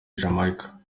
jamaica